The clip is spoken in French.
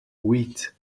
huit